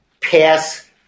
pass